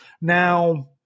Now